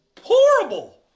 horrible